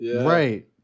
Right